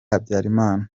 habyarimana